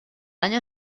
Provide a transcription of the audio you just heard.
año